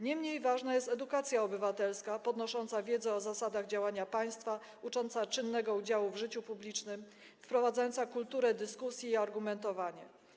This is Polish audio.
Nie mniej ważna jest edukacja obywatelska podnosząca wiedzę o zasadach działania państwa, ucząca czynnego udziału w życiu publicznym, wprowadzająca kulturę dyskusji i argumentowanie.